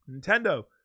Nintendo